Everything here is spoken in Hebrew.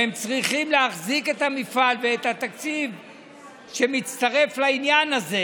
והם צריכים להחזיק את המפעל ואת התקציב שמצטרף לעניין הזה.